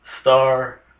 star